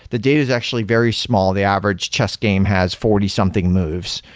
the data is actually very small. the average chess game has forty something moves.